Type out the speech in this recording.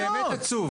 זה באמת עצוב.